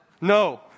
No